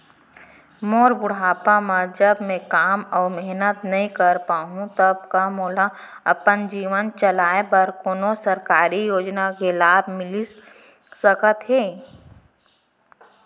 मोर बुढ़ापा मा जब मैं काम अऊ मेहनत नई कर पाहू तब का मोला अपन जीवन चलाए बर कोनो सरकारी योजना के लाभ मिलिस सकत हे?